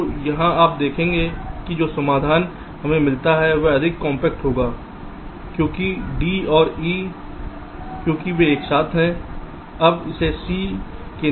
तो यहां आप देखेंगे कि जो समाधान हमें मिलता है वह अधिक कॉम्पैक्ट होगा क्योंकि d और e क्योंकि वे एक साथ हैं आप इसे c के नीचे रख सकते हैं